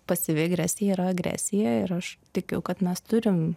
pasyvi agresija yra agresija ir aš tikiu kad mes turim